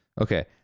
Okay